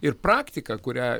ir praktika kurią